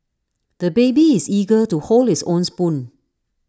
the baby is eager to hold his own spoon